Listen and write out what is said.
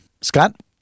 Scott